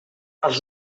els